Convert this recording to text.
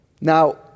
Now